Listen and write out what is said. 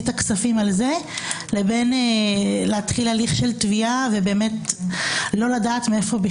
את הכספים על זה לבין להתחיל הליך של תביעה ולא לדעת מאיפה.